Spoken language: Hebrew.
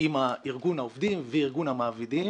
עם ארגון העובדים וארגון המעבידים,